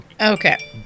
Okay